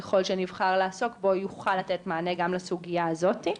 ככל שנבחר לעסוק בו יוכל לתת מענה גם לסוגייה הזאתי.